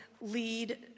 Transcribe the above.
lead